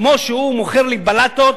כמו שהוא מוכר לי בלטות,